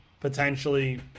potentially